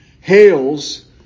hails